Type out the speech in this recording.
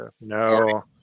no